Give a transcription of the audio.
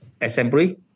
assembly